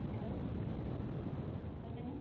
hello ᱚᱠᱚᱭ ᱠᱟᱱᱟᱢ